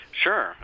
Sure